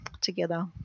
together